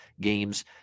games